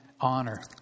honor